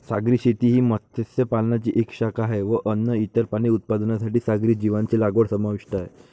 सागरी शेती ही मत्स्य पालनाची एक शाखा आहे व अन्न, इतर प्राणी उत्पादनांसाठी सागरी जीवांची लागवड समाविष्ट आहे